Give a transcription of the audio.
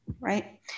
right